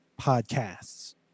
podcasts